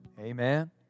amen